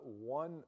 one